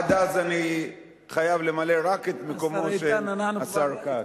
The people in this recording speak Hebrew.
עד אז אני חייב למלא רק את מקומו של השר כץ.